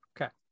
Okay